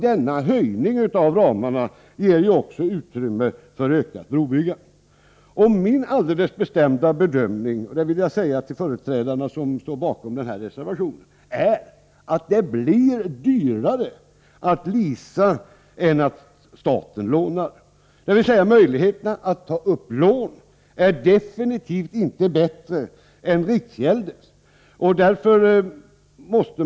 Denna vidgning av ramarna ger också utrymme för ökat brobyggande. Min alldeles bestämda bedömning — det vill jag säga till de företrädare för de borgerliga partierna som står bakom den här reservationen — är att det blir dyrare att leasa än att staten lånar. Möjligheterna att ta upp lån är definitivt inte bättre än riksgäldskontorets.